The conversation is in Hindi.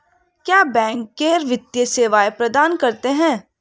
क्या बैंक गैर वित्तीय सेवाएं प्रदान करते हैं?